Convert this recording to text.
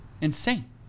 Insane